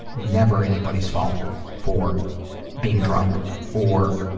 never anybody's fault for being drunk or